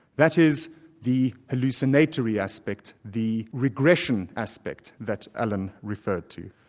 that is the hallucinatory aspect, the regression aspect that allan referred to.